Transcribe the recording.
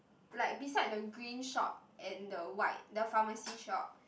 like beside the green shop and the white the pharmacy shop